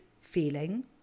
feeling